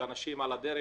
ואנשים אומרים: על הדרך